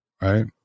Right